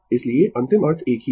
इसलिए अंतिम अर्थ एक ही है